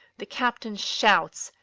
the captain shouts,